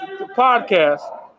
podcast